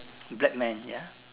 black man ya